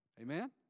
Amen